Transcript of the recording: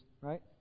right